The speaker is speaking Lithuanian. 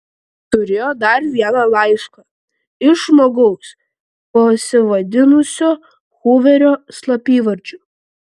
turėjo dar vieną laišką iš žmogaus pasivadinusio huverio slapyvardžiu